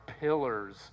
pillars